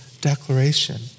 declaration